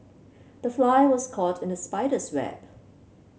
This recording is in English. the fly was caught in the spider's web